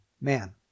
Man